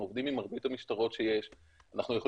אנחנו עובדים עם מרבית המשטרות שיש,